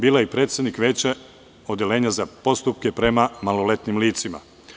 Bila je i predsednik veća odeljenja za postupke prema maloletnim licima.